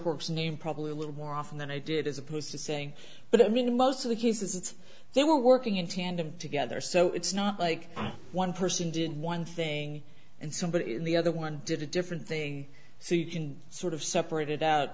vanderhorst name probably a little more often than i did as opposed to saying but i mean most of the cases it's they were working in tandem together so it's not like one person did one thing and somebody in the other one did a different thing so you can sort of separate it out